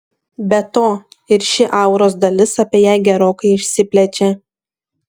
be to ir ši auros dalis apie ją gerokai išsiplečia